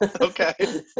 Okay